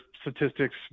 statistics